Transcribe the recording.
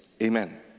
Amen